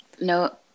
No